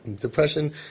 Depression